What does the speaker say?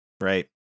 Right